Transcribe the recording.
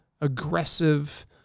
aggressive